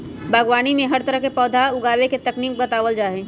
बागवानी में हर तरह के पौधा उगावे के तकनीक बतावल जा हई